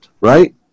right